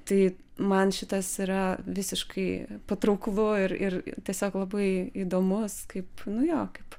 tai man šitas yra visiškai patrauklu ir ir tiesiog labai įdomus kaip nu jo kaip